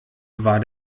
war